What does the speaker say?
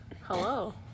hello